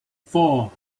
four